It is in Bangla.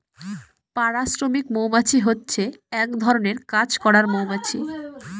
পাড়া শ্রমিক মৌমাছি হচ্ছে এক ধরনের কাজ করার মৌমাছি